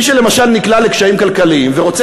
מי שלמשל נקלע לקשיים כלכליים ורוצה